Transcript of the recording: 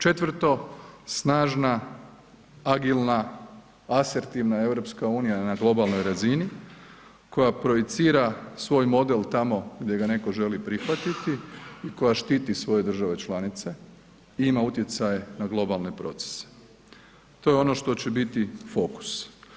Četvrto, snažna, agilna, asertivna EU na globalnoj razini koja projicira svoj model tamo gdje ga netko želi prihvatiti i koja štiti svoje države članice i ima utjecaj na globalne procese, to je ono što će biti fokus.